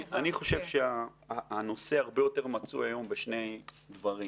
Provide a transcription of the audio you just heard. אני חושב שהנושא הרבה יותר מצוי היום בשני דברים,